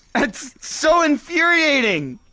it's so infuriating!